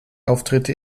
auftritte